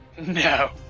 No